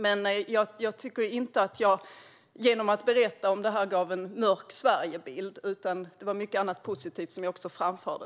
Men jag tycker inte att jag, genom att berätta om det här, gav en mörk Sverigebild, utan det var mycket annat positivt som jag också framförde.